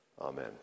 Amen